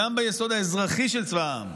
גם ביסוד האזרחי של צבא העם,